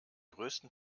größten